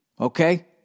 Okay